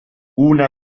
una